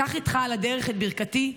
קח איתך על הדרך את ברכתי.